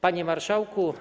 Panie Marszałku!